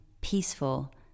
peaceful